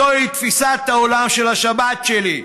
זוהי תפיסת העולם של השבת שלי,